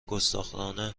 گستاخانه